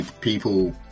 people